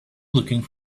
looking